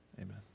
Amen